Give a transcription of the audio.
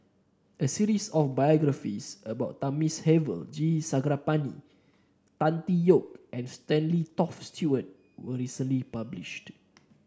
a series of biographies about Thamizhavel G Sarangapani Tan Tee Yoke and Stanley Toft Stewart was recently published